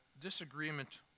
disagreement